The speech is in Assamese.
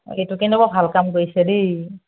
অ এইটো কেনেকুৱা ভাল কাম কৰিছে দেই